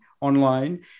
online